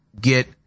get